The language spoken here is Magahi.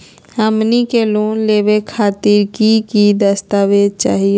हमनी के लोन लेवे खातीर की की दस्तावेज चाहीयो?